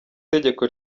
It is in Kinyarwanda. tegeko